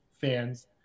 fans